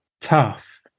tough